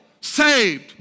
saved